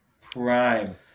Prime